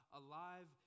alive